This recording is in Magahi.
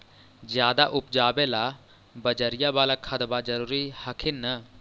ज्यादा उपजाबे ला बजरिया बाला खदबा जरूरी हखिन न?